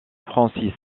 francis